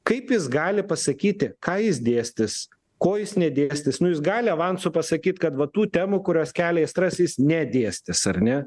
kaip jis gali pasakyti ką jis dėstys ko jis nedėstys nu jis gali avansu pasakyt kad va tų temų kurios kelia aistras jis nedėstys ar ne